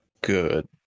good